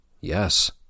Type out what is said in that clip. Yes